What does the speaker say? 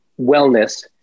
wellness